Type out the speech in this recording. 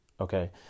Okay